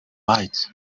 bite